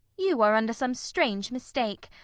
you are under some strange mistake.